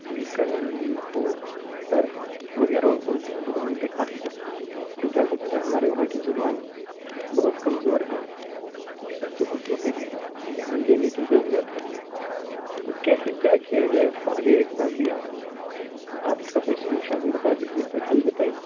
لیکن نحو صرف وغیرہ اردو زبان پہ خاص کر کیونکہ آپ کو پتا ہے ہمارے وہاں کی زبان بہت کمزور ہے اس میں جو اردو پہ بھی دھیان دینے کی ضرورت ہے تو کیسے کیا کیا جائے اس کا آگے ایگزام بھی آ رہا ہے آپ اس کا کوئی سیلوشن بتا دیجیے کوئی حل بتائیے